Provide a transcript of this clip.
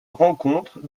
rencontre